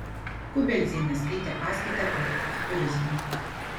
kubeldzienė skaitė paskaitą apie futurizmą